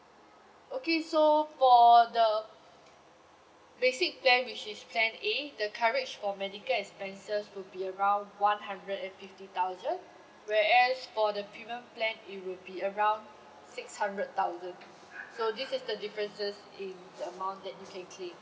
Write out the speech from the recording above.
okay so for the basic plan which is plan A the coverage for medical expenses will be around one hundred and fifty thousand whereas for the premium plan it will be around six hundred thousand so this is the differences in the amount that you can claim